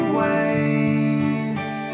waves